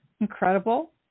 incredible